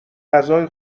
غذای